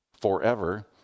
forever